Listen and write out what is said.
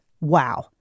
wow